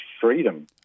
freedom